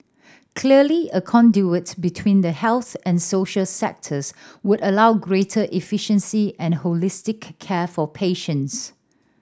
clearly a conduit between the health and social sectors would allow greater efficiency and holistic care for patients